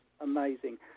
amazing